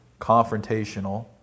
confrontational